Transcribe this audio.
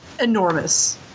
Enormous